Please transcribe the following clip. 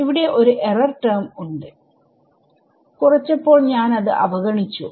ഇവിടെ ഒരു error term ഉണ്ട് കുറച്ചപ്പോൾ ഞാൻ അത് അവഗണിച്ചു